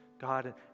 God